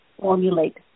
formulate